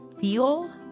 feel